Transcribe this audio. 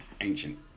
ancient